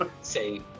say